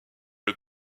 est